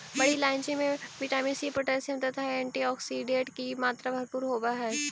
बड़ी इलायची में विटामिन सी पोटैशियम तथा एंटीऑक्सीडेंट की मात्रा भरपूर होवअ हई